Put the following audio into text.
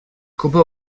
combat